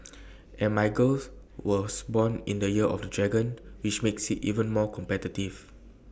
and my girls was born in the year of the dragon which makes IT even more competitive